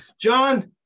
John